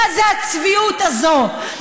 מה זה הצביעות הזאת,